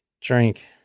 drink